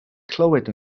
clywed